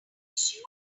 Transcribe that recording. issue